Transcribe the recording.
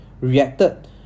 reacted